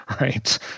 right